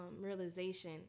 realization